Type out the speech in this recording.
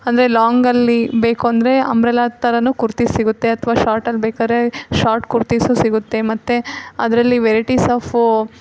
ಅಂದರೆ ಲಾಂಗಲ್ಲಿ ಬೇಕು ಅಂದರೆ ಅಂಬ್ರೆಲ ಥರನೂ ಕುರ್ತಿಸ್ ಸಿಗುತ್ತೆ ಅಥವಾ ಶಾರ್ಟಲ್ಲಿ ಬೇಕಾದ್ರೆ ಶಾರ್ಟ್ ಕುರ್ತಿಸೂ ಸಿಗುತ್ತೆ ಮತ್ತು ಅದರಲ್ಲಿ ವೆರೈಟಿಸ್ ಆಫು